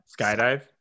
skydive